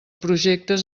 projectes